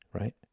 right